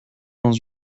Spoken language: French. dans